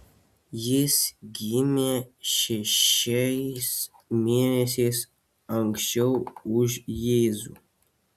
jis gimė šešiais mėnesiais anksčiau už jėzų